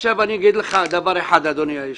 אני אגיד לך, אדוני היושב-ראש,